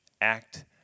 act